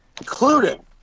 including